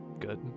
good